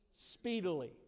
Speedily